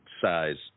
size